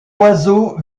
oiseau